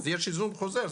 אז יש היזון חוזר,